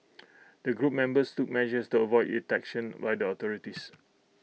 the group members took measures to avoid detection by the authorities